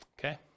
okay